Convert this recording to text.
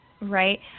right